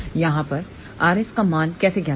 यहाँ पर rs का मान कैसे ज्ञात करें